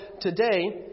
today